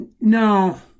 No